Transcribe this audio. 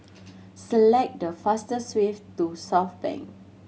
select the fastest way to Southbank